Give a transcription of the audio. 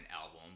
album